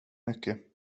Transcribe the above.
mycket